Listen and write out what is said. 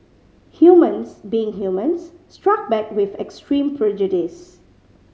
humans being humans struck back with extreme prejudice